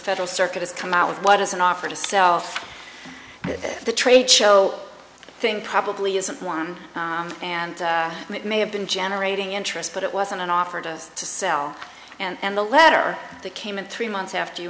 federal circuit has come out with what is an offer to sell at the trade show i think probably isn't one and it may have been generating interest but it wasn't an offer to us to sell and the letter that came in three months after you